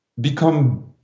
become